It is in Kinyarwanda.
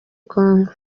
congo